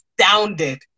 astounded